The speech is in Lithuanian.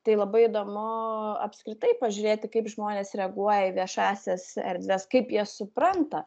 tai labai įdomu apskritai pažiūrėti kaip žmonės reaguoja į viešąsias erdves kaip jie supranta